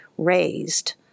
Raised